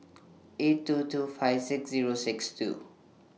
eight two two five six Zero six two